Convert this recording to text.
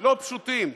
לא פשוטים?